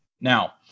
Now